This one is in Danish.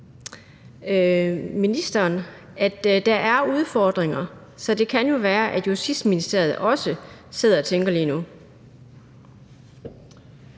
at der er udfordringer, så det kan jo være, at Justitsministeriet også sidder og tænker lige nu.